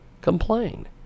complain